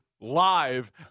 live